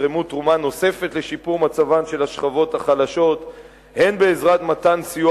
תתרום תרומה נוספת לשיפור מצבן של השכבות החלשות הן בעזרת מתן סיוע